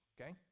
Okay